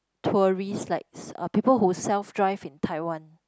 tourists likes people who self drive in Taiwan